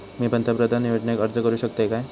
मी पंतप्रधान योजनेक अर्ज करू शकतय काय?